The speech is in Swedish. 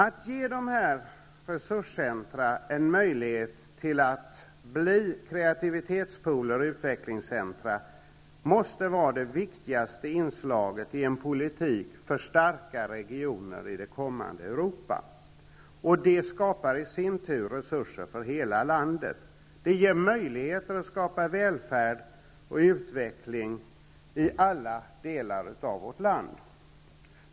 Att ge de här resurscentra en möjlighet till att bli kreativitetspooler och utvecklingscentra måste vara det viktigaste inslaget i en politik för starka regioner i det kommande Europa, och det skapar i sin tur resurser för hela landet. Det ger möjligheter att skapa välfärd och utveckling i alla delar av vårt land.